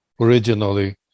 originally